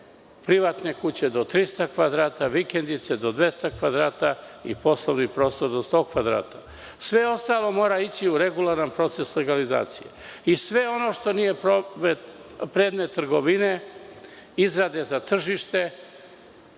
privatne kuće do 300 kvadrata, vikendice do 200 kvadrata i poslovni prostor do 100 kvadrata, sve ostalo mora ići u regularan proces legalizacije i sve ono što nije predmet trgovine, izrade za tržište,